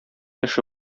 эше